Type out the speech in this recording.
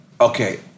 Okay